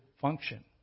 function